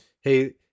hey